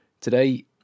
Today